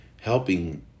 helping